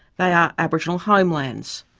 they are aboriginal homelands,